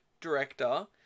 director